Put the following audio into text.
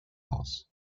aus